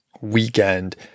weekend